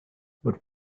but